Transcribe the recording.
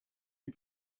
est